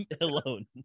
alone